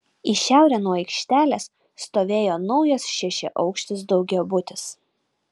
į šiaurę nuo aikštelės stovėjo naujas šešiaaukštis daugiabutis